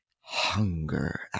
hunger